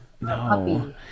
No